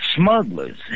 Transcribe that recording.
smugglers